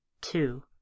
Two